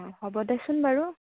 অঁ হ'ব দেচোন বাৰু